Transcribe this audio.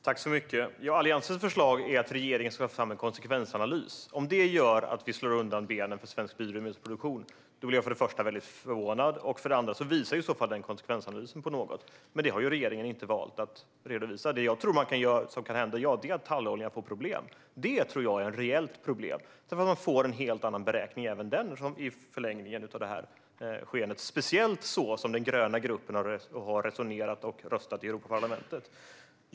Fru talman! Alliansens förslag är att regeringen ska ta fram en konsekvensanalys. Om det gör att vi slår undan benen för svensk biodrivmedelsproduktion blir jag för det första väldigt förvånad. För det andra visar i så fall den konsekvensanalysen på något. Det har regeringen inte valt att redovisa. Det jag tror kan hända är att talloljan får problem. Det är ett reellt problem eftersom man får en helt annan beräkning även för den i förlängningen av det här skeendet, speciellt så som den gröna gruppen har resonerat och röstat i Europaparlamentet.